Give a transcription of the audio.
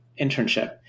internship